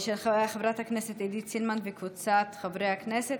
של חברת הכנסת עידית סילמן וקבוצת חברי הכנסת.